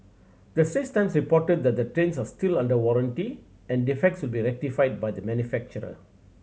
the Straits Times reported that the trains are still under warranty and defects would be rectified by the manufacturer